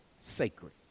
sacred